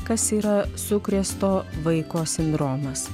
kas yra sukrėsto vaiko sindromas